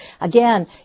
again